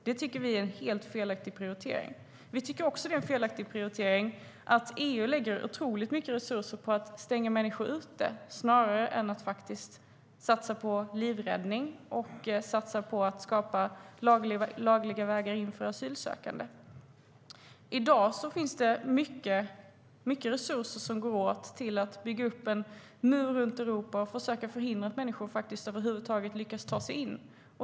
Det tycker vi är en helt felaktig prioritering. Vi tycker att det också är en felaktig prioritering att EU lägger oerhört stora resurser på att stänga ute människor snarare än på att satsa på livräddning och på att skapa lagliga vägar in för asylsökande.I dag går stora resurser till att bygga upp en mur runt Europa och till att försöka förhindra att människor över huvud taget lyckas ta sig in.